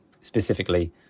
specifically